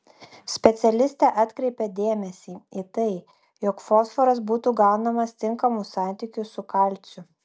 specialistė atkreipia dėmesį į tai jog fosforas būtų gaunamas tinkamu santykiu su kalciu